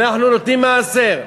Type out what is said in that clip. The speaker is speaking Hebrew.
אנחנו נותנים מעשר.